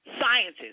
scientists